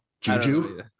Juju